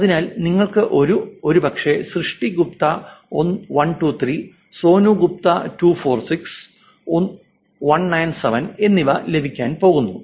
അതിനാൽ നിങ്ങൾക്ക് ഒരുപക്ഷേ ശ്രിസ്തി ഗുപ്ത 1 2 3 സോനു ഗുപ്ത 2 4 6 197 എന്നിവ ലഭിക്കാൻ പോകുന്നു